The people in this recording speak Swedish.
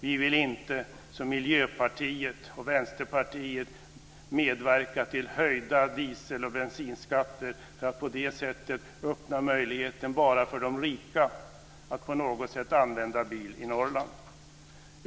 Vi vill inte, som Miljöpartiet och Vänsterpartiet, medverka till höjda diesel och besinskatter för att på det sättet öppna möjligheten bara för de rika att på något sätt använda bil i Norrland.